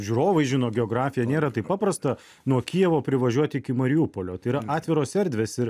žiūrovai žino geografiją nėra taip paprasta nuo kijevo privažiuot iki mariupolio yra atviros erdvės ir